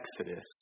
exodus